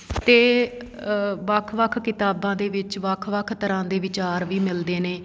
ਅਤੇ ਵੱਖ ਵੱਖ ਕਿਤਾਬਾਂ ਦੇ ਵਿੱਚ ਵੱਖ ਵੱਖ ਤਰ੍ਹਾਂ ਦੇ ਵਿਚਾਰ ਵੀ ਮਿਲਦੇ ਨੇ